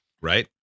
Right